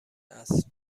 اصل